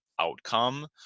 outcome